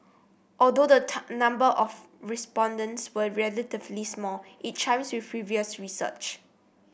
although the number of respondents were relatively small it chimes with previous research